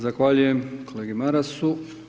Zahvaljujem kolegi Marasu.